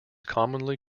commonly